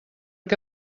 què